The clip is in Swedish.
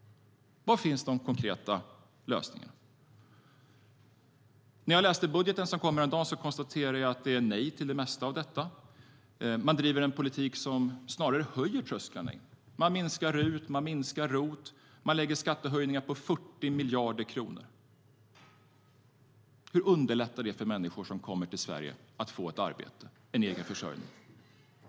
Var finns de konkreta lösningarna? När jag läste budgeten som kom häromdagen konstaterade jag att det är nej till det mesta. Man driver en politik som snarare höjer trösklarna. Man minskar RUT och ROT. Man lägger fram förslag på skattehöjningar på 40 miljarder kronor. Hur underlättar det för människor som kommer till Sverige att få ett arbete - en egen försörjning?